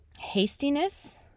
Hastiness